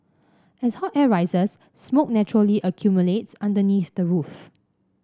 as hot air rises smoke naturally accumulates underneath the roof